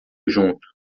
junto